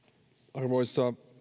arvoisa